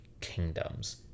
kingdoms